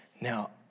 Now